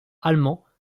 allemands